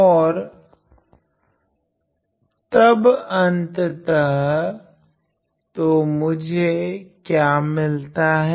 और तब अंततः तो मुझे क्या मिलता हैं